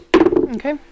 Okay